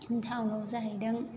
टावनाव जाहैदों